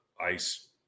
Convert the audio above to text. ice